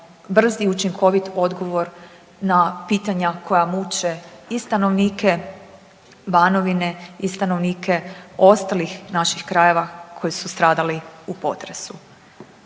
brz i učinkovit odgovor na pitanja koja muče i stanovnike ostalih naših krajeva koji su stradali u potresu.